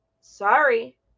sorry